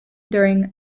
during